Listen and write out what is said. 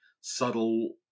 subtle